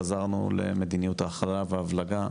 חזרנו למדיניות ההכלה וההבלגה,